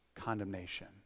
condemnation